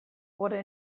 wurde